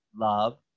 love